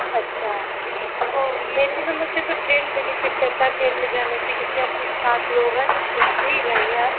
अच्छा तो मेरी समझ से तो ट्रेन बेनिफ़िट रहता है ट्रेन में जाने से क्योंकि आप लोग सात लोग हैं तो ट्रेन से ही जाइए आप